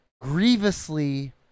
grievously